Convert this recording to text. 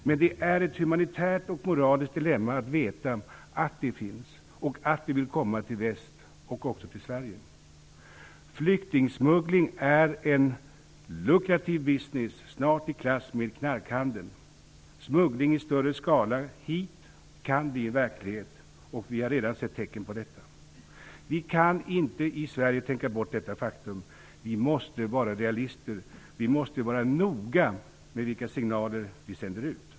Men det är ett humanitärt och moraliskt dilemma att veta att de finns och att de vill komma till väst och också till Flyktingsmuggling är en lukrativ business, snart i klass med knarkhandeln. Smuggling i större skala hit kan bli verklighet, och vi har redan sett tecken på detta. Vi kan inte i Sverige tänka bort detta faktum. Vi måste vara realister. Vi måste vara noga med vilka signaler vi sänder ut.